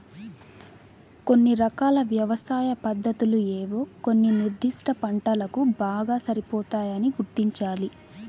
కొన్ని రకాల వ్యవసాయ పద్ధతులు ఏవో కొన్ని నిర్దిష్ట పంటలకు బాగా సరిపోతాయని గుర్తించాలి